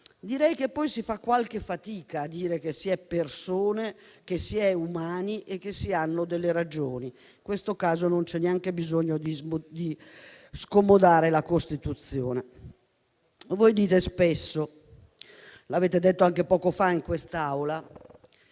direi che poi si fa fatica a dire che si è persone, che si è umani e che si hanno delle ragioni. In questo caso, non c'è neanche bisogno di scomodare la Costituzione. Voi dite spesso - l'avete detto anche poco fa in quest'Aula